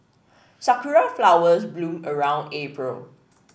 sakura flowers bloom around April